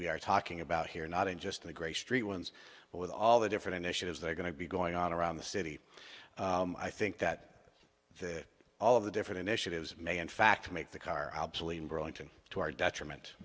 we are talking about here not in just the great street ones but with all the different initiatives that are going to be going on around the city i think that all of the different initiatives may in fact make the car obsolete in burlington to our detriment